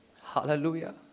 Hallelujah